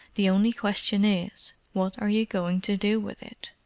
the only question is, what are you going to do with it?